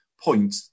point